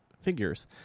figures